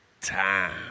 time